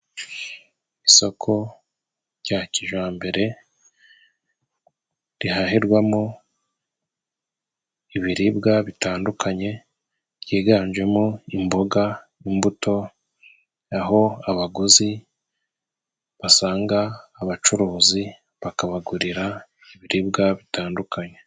Isoko rya kijambere rihahirwamo ibiribwa bitandukanye byiganjemo imboga, imbuto, aho abaguzi basanga abacuruzi bakabagurira ibiribwa bitandukanye.